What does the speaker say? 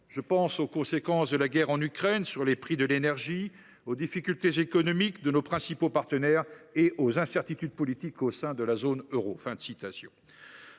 je pense aux conséquences de la guerre en Ukraine sur les prix de l’énergie, aux difficultés économiques de nos principaux partenaires et aux incertitudes politiques au sein de la zone euro.